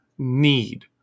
need